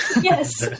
Yes